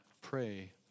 pray